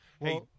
Hey